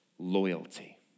loyalty